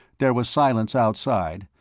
there was silence outside,